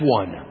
one